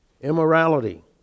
Immorality